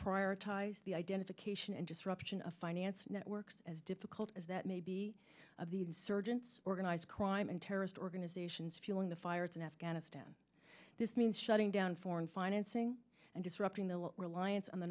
prioritize the identification and disruption of finance networks as difficult as that may be of the insurgents organized crime and terrorist organizations fueling the fires in afghanistan this means shutting down foreign financing and disrupting the reliance on the